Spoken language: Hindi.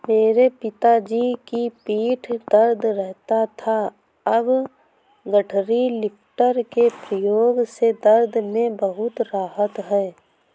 मेरे पिताजी की पीठ दर्द रहता था अब गठरी लिफ्टर के प्रयोग से दर्द में बहुत राहत हैं